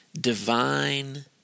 Divine